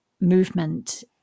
movement